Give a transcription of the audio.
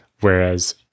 Whereas